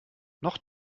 noch